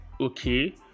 okay